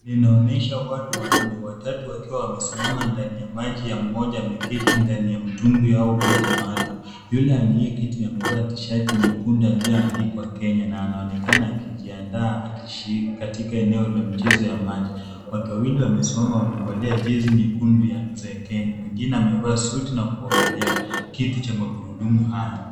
Inaonyesha watu wanne, watatu wakiwa wamesimama ndani ya maji na mmoja ameketi ndani ya mtumbwi au boti maalum. Yule aliyeketi amevaa tishati nyekundu aliyoandikwa Kenya na anaonekana akijiandaa akishiriki katika eneo la mchezo ya maji. Watu wawili wamesimama wamevalia jezi nyekundu za Kenya. Mwingine amevaa suti na kuogelea kiti cha magurudumu hayo.